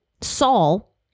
Saul